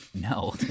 no